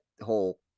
whole